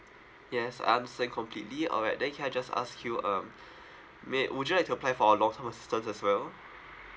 yes I understand completely alright then can I just ask you um may would you like to apply for our long term assistance as well